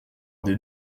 des